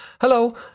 hello